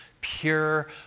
pure